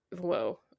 whoa